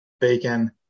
bacon